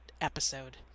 episode